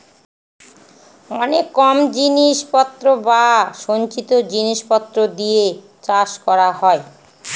অনেক কম জিনিস পত্র বা সঞ্চিত জিনিস পত্র দিয়ে চাষ করা হয়